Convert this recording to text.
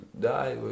die